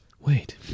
wait